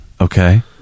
Okay